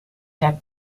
der